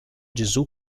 gesù